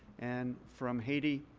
and from haiti,